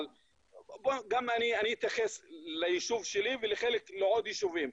אבל אני אתייחס ליישוב שלי ולעוד יישובים.